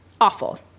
awful